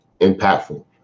impactful